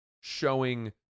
showing